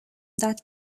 that